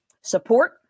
support